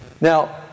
Now